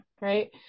Right